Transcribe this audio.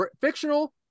fictional